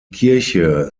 kirche